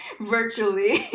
virtually